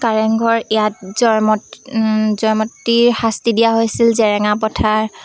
কাৰেংঘৰ ইয়াত জম জয়মতীৰ শাস্তি দিয়া হৈছিল জেৰেঙা পথাৰ